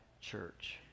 church